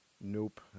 nope